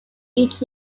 each